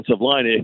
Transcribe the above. line